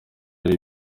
ari